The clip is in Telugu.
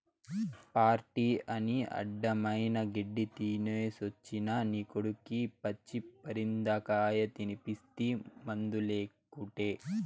పార్టీ అని అడ్డమైన గెడ్డీ తినేసొచ్చిన నీ కొడుక్కి పచ్చి పరిందకాయ తినిపిస్తీ మందులేకుటే